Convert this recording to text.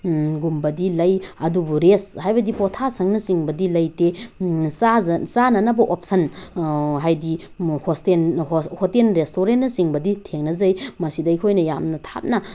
ꯒꯨꯝꯕꯗꯤ ꯂꯩ ꯑꯗꯨꯕꯨ ꯔꯦꯁ ꯍꯥꯏꯕꯗꯤ ꯄꯣꯊꯥꯁꯪꯅꯆꯤꯡꯕꯗꯤ ꯂꯩꯇꯦ ꯆꯥꯅꯅꯕ ꯑꯣꯞꯁꯟ ꯍꯥꯏꯗꯤ ꯍꯣꯇꯦꯟ ꯔꯦꯁꯇꯨꯔꯦꯟꯅꯆꯤꯡꯕꯗꯤ ꯊꯦꯡꯅꯖꯩ ꯃꯁꯤꯗ ꯑꯩꯈꯣꯏꯅ ꯌꯥꯝꯅ ꯊꯥꯞꯅ